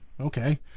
okay